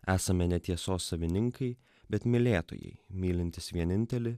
esame ne tiesos savininkai bet mylėtojai mylintys vienintelį